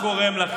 תשאל,